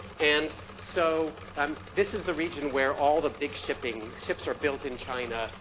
and so, um this is the region where all the big shipping, ships are built in china.